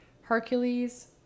Hercules